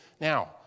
Now